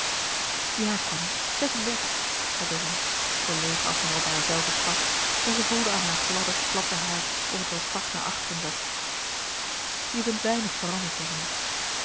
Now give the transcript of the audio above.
ja cony zes-en-dertig zei dorine verlegen als men over haarzelve sprak en zij voelde aan haar gladde platte haar of het wel strak naar achteren zat je bent weinig veranderd dorine